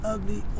Ugly